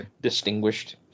distinguished